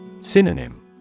Synonym